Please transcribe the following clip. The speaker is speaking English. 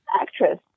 actress